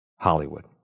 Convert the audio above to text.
Hollywood